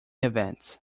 events